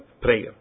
prayer